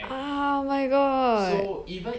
ah my god